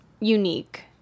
unique